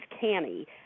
canny